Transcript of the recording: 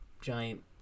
giant